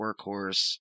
workhorse